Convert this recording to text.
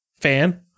fan